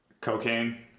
cocaine